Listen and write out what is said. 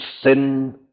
sin